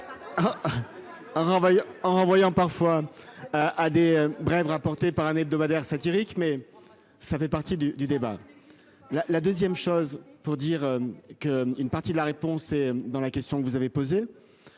en renvoyant parfois. À des brèves rapportée par un hebdomadaire satirique mais ça fait partie du du débat. La la 2ème chose pour dire qu'une partie de la réponse est dans la question que vous avez posé.